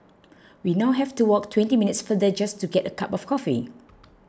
we now have to walk twenty minutes farther just to get a cup of coffee